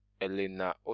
Elena